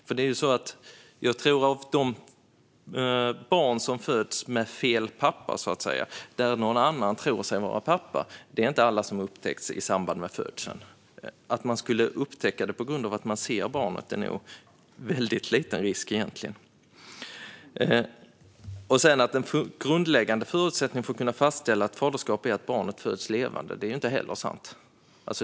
När det gäller de barn som så att säga föds med fel pappa, där någon annan tros vara pappa, upptäcks det inte alltid i samband med födseln. Det är nog en väldigt liten risk att man skulle upptäcka det när man ser barnet. Att en grundläggande förutsättning för att kunna fastställa ett faderskap är att barnet föds levande är inte heller sant.